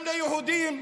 גם ליהודים,